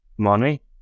money